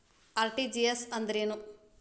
RTGS ಅಂದ್ರೇನು?